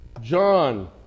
John